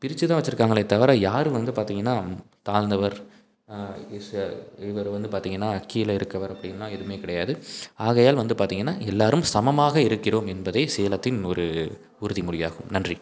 பிரிச்சுதான் வச்சிருக்காங்களே தவிர யாரும் வந்து பார்த்திங்கன்னா தாழ்ந்தவர் இவர் வந்து பார்த்திங்கன்னா கீழே இருக்கறவர் அப்படின்னா எதுவுமே கிடையாது ஆகையால் வந்து பார்த்திங்கன்னா எல்லோரும் சமமாக இருக்கிறோம் என்பதை சேலத்தின் ஒரு உறுதிமொழியாகும் நன்றி